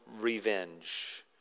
revenge